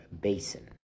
basin